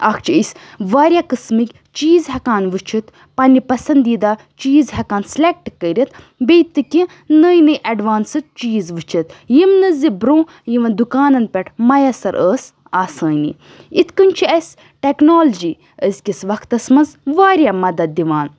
اَکھ چھِ أسۍ واریاہ قٕسمٕکۍ چیٖز ہٮ۪کان وُچھِتھ پنٕنہِ پَسَنٛدیٖدہ چیٖز ہٮ۪کان سِلیٚکٹہٕ کٔرِتھ بیٚیہِ تہِ کیٚنٛہہ نٔے نٔے ایٚڈوانسٕڈ چیٖز وُچھِتھ یِم نہٕ زِ برٛونٛہہ یِمَن دُکانَن پٮ۪ٹھ مَیَسَر ٲسۍ آسٲنی یِتھٕ کٔنۍ چھِ اَسہِ ٹیٚکنالجی أزۍکِس وَقتَس منٛز واریاہ مَدَتھ دِوان